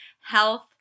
health